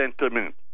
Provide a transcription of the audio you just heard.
sentiment